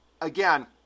Again